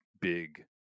big